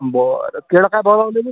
बरं केळं काय भाव लावलेले